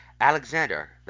Alexander